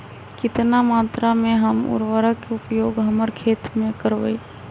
कितना मात्रा में हम उर्वरक के उपयोग हमर खेत में करबई?